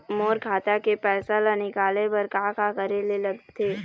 मोर खाता के पैसा ला निकाले बर का का करे ले लगथे?